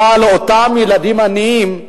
אבל אותם ילדים עניים,